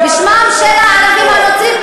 ובשמם של הערבים הנוצרים,